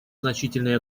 значительной